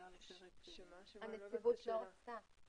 הנציבות לא רצתה.